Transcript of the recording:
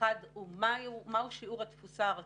האחת היא שיעור התפוסה הרצוי,